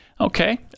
Okay